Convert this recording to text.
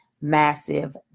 massive